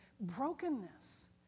brokenness